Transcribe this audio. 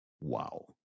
wow